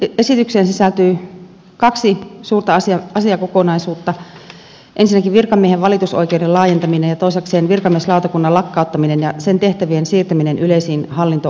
hallituksen esitykseen sisältyy kaksi suurta asiakokonaisuutta ensinnäkin virkamiehen valitusoikeuden laajentaminen toisekseen virkamieslautakunnan lakkauttaminen ja sen tehtävien siirtäminen yleisiin hallinto oikeuksiin